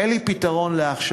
אין לי פתרון לעכשיו.